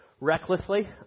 recklessly